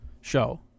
show